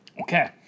okay